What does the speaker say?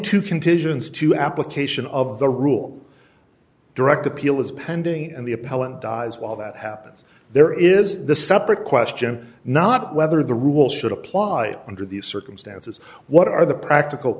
conditions to application of the rule direct appeal is pending and the appellant dies while that happens there is the separate question not whether the rule should apply under these circumstances what are the practical